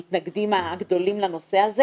היינו המתנגדים הגדולים לנושא הזה,